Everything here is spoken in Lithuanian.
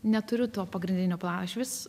neturiu to pagrindinio plano išvis